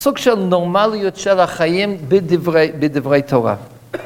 סוג של נורמליות של החיים בדברי תורה.